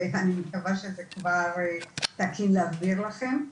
ואני מקווה שזה כבר תקין להעביר לכם.